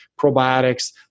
probiotics